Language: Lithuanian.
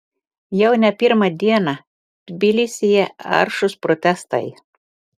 jau ne pirmą dieną tbilisyje aršūs protestai